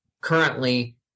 currently